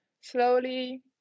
slowly